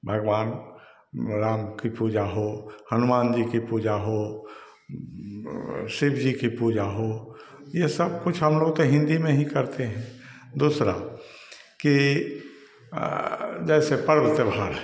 भगवान राम की पूजा हो हनुमान जी की पूजा हो शिव जी की पूजा हो यह सब तो हमलोग हिन्दी में ही करते हैं दूसरा कि जैसे पर्व त्योहार